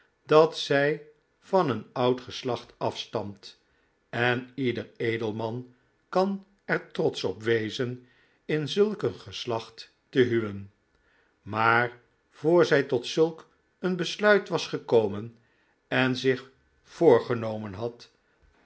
dat zij van een oud geslacht afstamt en ieder edelman kan er trotsch op wezen in zulk een geslacht te huwen maar voor zij tot zulk een besluit was gekomen en zich voorgenomen had